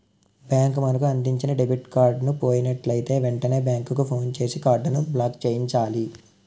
bank మనకు అందించిన debit card పోయినట్లయితే వెంటనే బ్యాంకుకు ఫోన్ చేసి కార్డును బ్లాక్చేయించాలి